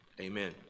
amen